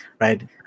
right